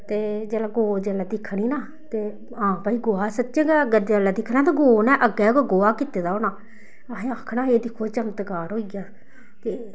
ते जेल्लै गौ जेल्लै दिक्खनी ना ते हां भाई गोहा सच्चें गै अग्गें जेल्लै दिक्खना ते गौ ने अग्गें गै गोहा कीते दा होना ते असें आखना एह् दिक्खो चमत्कार होई गेआ ते